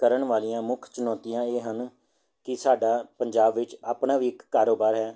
ਕਰਨ ਵਾਲੀਆਂ ਮੁੱਖ ਚੁਣੌਤੀਆਂ ਇਹ ਹਨ ਕਿ ਸਾਡਾ ਪੰਜਾਬ ਵਿੱਚ ਆਪਣਾ ਵੀ ਇੱਕ ਕਾਰੋਬਾਰ ਹੈ